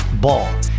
Ball